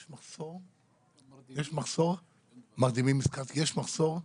יש מחסור במרדימים, יש מחסור בקברנים.